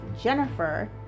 Jennifer